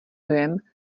dojem